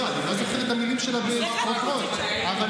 בזה אסור לשקר.